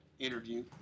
Interview